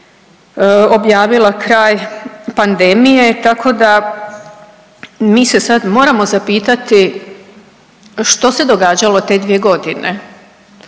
objavila kraj pandemije tako da mi se sad moramo zapitati što se događalo te dvije godine.